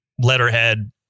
letterhead